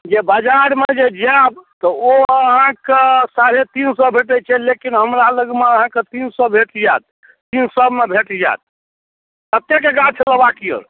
जे बजारमे जे जायब तऽ ओ अहाँके साढ़े तीन सए भेटै छै लेकिन हमरा लगमे अहाँके तीन सएमे भेट जायत तीन सएमे भेट जायत कतेक गाछ लेबाक यऽ